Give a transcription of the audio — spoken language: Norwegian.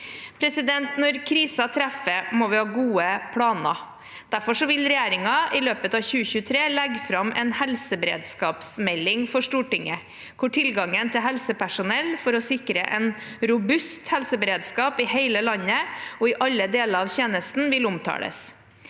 Når kriser treffer, må vi ha gode planer. Derfor vil regjeringen i løpet av 2023 legge fram en helseberedskapsmelding for Stortinget, hvor tilgangen til helsepersonell for å sikre en robust helseberedskap i hele landet og i alle deler av tjenesten vil omtales.